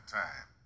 time